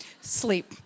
Sleep